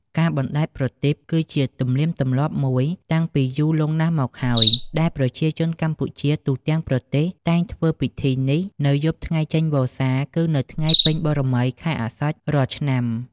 ការបណ្ដែតប្រទីប គឺជាទំនៀមទម្លាប់មួយតាំងពីយូរលង់ណាស់មកហើយ ដែលប្រជាជនកម្ពុជាទូទាំងប្រទេសតែងធ្វើពិធីនេះ នៅយប់ថ្ងៃចេញវស្សា គឺនៅថ្ងៃពេញបូណ៌មីខែអស្សុជរាល់ឆ្នាំ។